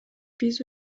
биз